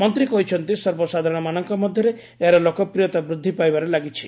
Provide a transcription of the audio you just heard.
ମନ୍ତ୍ରୀ କହିଛନ୍ତି ସର୍ବସାଧାରଣମାନଙ୍କ ମଧ୍ୟରେ ଏହାର ଲୋକପ୍ରିୟତା ବୃଦ୍ଧି ପାଇବାରେ ଲାଗିଛି